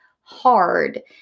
hard